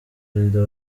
perezida